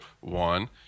One